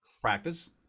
practice